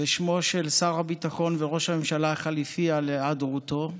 בשמו של שר הביטחון וראש הממשלה החליפי על היעדרותו.